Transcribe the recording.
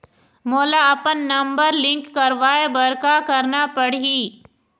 मोला अपन number link करवाये बर का करना पड़ही?